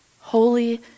holy